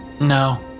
No